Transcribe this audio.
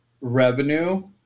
revenue